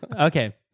Okay